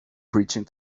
preaching